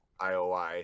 IOI